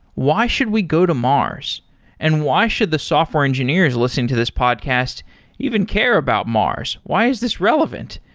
why should we go to mars and why should the software engineers listen to this podcast even care about mars? why is this relevant?